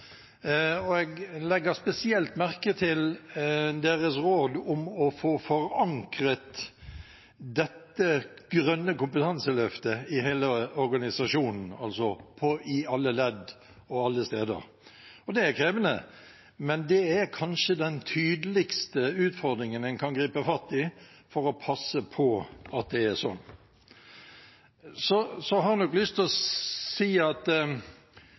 og jeg legger spesielt merke til deres råd om å få forankret dette grønne kompetanseløftet i hele organisasjonen, altså i alle ledd og på alle steder. Det er krevende, men det er kanskje den tydeligste utfordringen en kan gripe fatt i for å passe på at det er slik. Så har jeg lyst til å si at